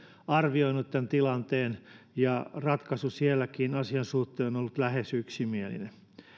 arvioinut tämän tilanteen ja ratkaisu sielläkin asian suhteen on ollut lähes yksimielinen